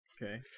Okay